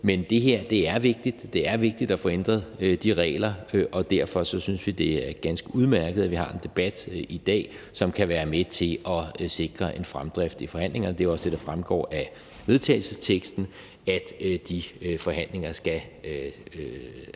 men det her er vigtigt. Det er vigtigt at få ændret de regler, og derfor synes vi, det er ganske udmærket, at vi har en debat i dag, som kan være med til at sikre en fremdrift i forhandlingerne. Det er jo også det, der fremgår af vedtagelsesteksten, altså at der skal sikres